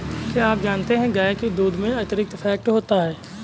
क्या आप जानते है गाय के दूध में अतिरिक्त फैट होता है